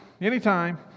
anytime